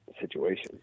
situation